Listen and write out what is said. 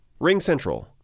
RingCentral